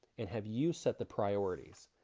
and have you set the priorities?